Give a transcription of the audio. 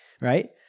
right